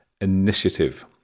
Initiative